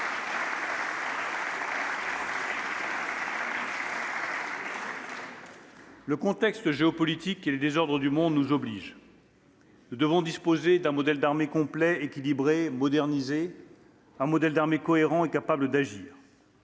Le contexte géopolitique et les désordres du monde nous obligent. Nous devons disposer d'un modèle d'armée complet, équilibré et modernisé ; d'un modèle d'armée cohérent et capable d'agir.